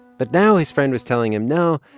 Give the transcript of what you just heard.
but now his friend was telling him, no,